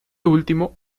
último